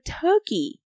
turkey